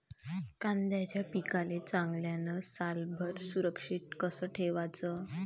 कांद्याच्या पिकाले चांगल्यानं सालभर सुरक्षित कस ठेवाचं?